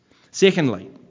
Secondly